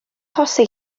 achosi